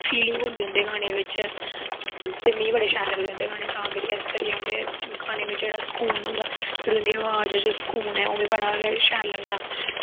feeling होंदी उंदें गानें बिच्च ते मिगी बड़े शैल लगदे उंदे गाने तां करियै उंदे गानें बिच्च जेह्ड़ा स्कून होंदा जेह्ड़ा उंदी आलाज़ च स्कून ऐ ओह् बी बड़ा गै शैल लगदा